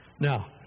Now